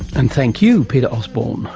and thank you peter osborne.